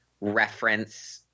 reference